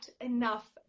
enough